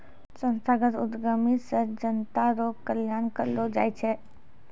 संस्थागत उद्यमी से जनता रो कल्याण करलौ जाय छै